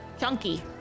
chunky